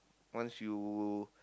once you